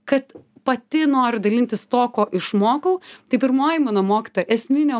kad pati noriu dalintis tuo ko išmokau tai pirmoji mano mokyta esminio